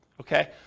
Okay